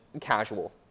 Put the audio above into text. casual